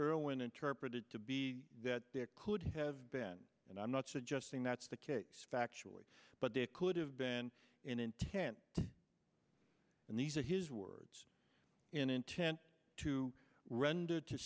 irwin interpreted to that there could have been and i'm not suggesting that's the case factually but there could have been an intent and these are his words in intent to render to